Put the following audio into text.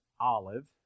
olive